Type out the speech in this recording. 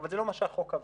אבל זה לא מה שהחוק קבע.